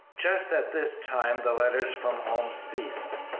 just at this time the letters from home ceased.